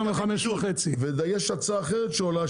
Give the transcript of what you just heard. יש הרבה גידול.